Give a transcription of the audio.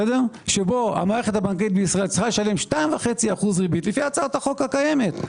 שבו המערכת הבנקאית בישראל צריכה לשלם 2.5% ריבית לפי הצעת החוק הקיימת,